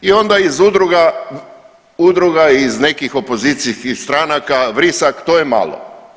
I onda iz udruga, udruga iz nekih opozicijskih stranaka, vrisak, to je malo.